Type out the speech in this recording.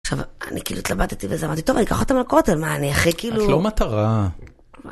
עכשיו, אני כאילו התלבטתי וזה אמרתי, טוב אני אקח אותם לכותל, מה אני הכי כאילו... את לא מטרה.